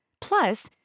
Plus